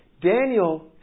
Daniel